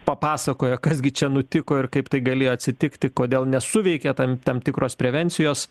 papasakojo kas gi čia nutiko ir kaip tai galėjo atsitikti kodėl nesuveikė tam tam tikros prevencijos